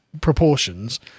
proportions